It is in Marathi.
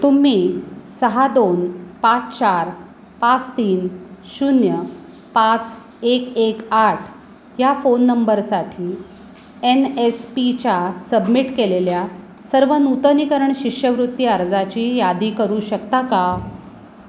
तुम्ही सहा दोन पाच चार पाच तीन शून्य पाच एक एक आठ ह्या फोन नंबरसाठी एन एस पीच्या सबमिट केलेल्या सर्व नूतनीकरण शिष्यवृत्ती अर्जाची यादी करू शकता का